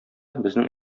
безнең